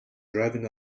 driving